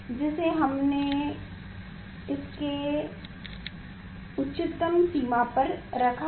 जिसे हमने इसके उच्तम सीमा पर रखा है